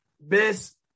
Best